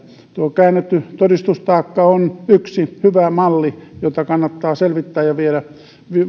tuo käännetty todistustaakka on yksi hyvä malli jota kannattaa selvittää ja